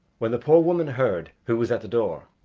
when the poor woman heard who was at the door,